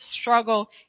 struggle